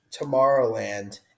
Tomorrowland